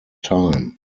time